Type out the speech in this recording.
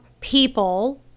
people